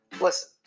Listen